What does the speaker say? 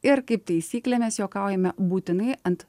ir kaip taisyklė mes juokaujame būtinai ant